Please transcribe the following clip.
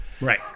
right